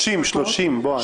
30 שעות, 30 שעות, בועז.